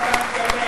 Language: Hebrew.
(מחיאות כפיים)